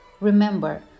Remember